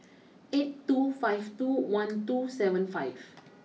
eight two five two one two seven five